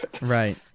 right